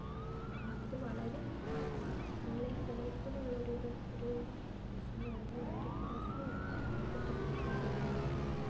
ഇത് വളരെ ഓണ്ലൈന് ഫോണിൽ കൂടെ ഉള്ള ഒരു ഇത് ഒരു വിദ്യാഭ്യാസം എന്ന് പറയുന്ന വളരെ പാസീവ് ആയിട്ട് നമുക്ക് പ്രത്യേകം ചെയ്യാനില്ലാത്ത